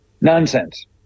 Nonsense